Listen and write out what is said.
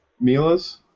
Mila's